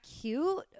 cute